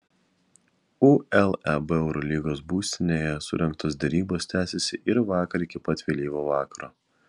uleb eurolygos būstinėje surengtos derybos tęsėsi ir vakar iki pat vėlyvo vakaro